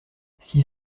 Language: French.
six